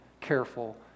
careful